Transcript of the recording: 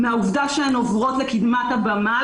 מהעובדה שהן עוברות לקדמת הבמה,